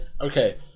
okay